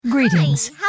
Greetings